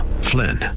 Flynn